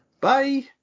Bye